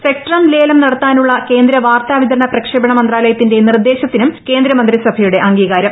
spectrum ലേലം നടത്താനുള്ള കേന്ദ്ര വാർത്ത വിതരണ പ്രക്ഷേപണ മന്ത്രാലയത്തിന്റെ നിർദ്ദേശത്തിനും കേന്ദ്ര മന്ത്രിസഭയുടെ അംഗീകാരം